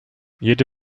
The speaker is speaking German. jede